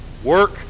Work